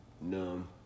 numb